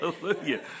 Hallelujah